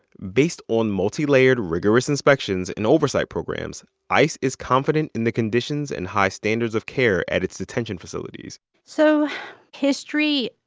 based on multi-layered rigorous inspections and oversight programs, ice is confident in the conditions and high standards of care at its detention facilities so history